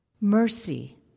mercy